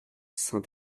saint